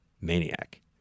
maniac